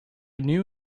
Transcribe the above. knew